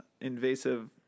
invasive